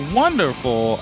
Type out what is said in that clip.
wonderful